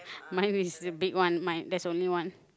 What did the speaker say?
mine is the big one mine there's only one